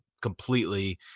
completely